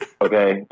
okay